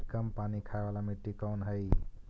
कम पानी खाय वाला मिट्टी कौन हइ?